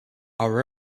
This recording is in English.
our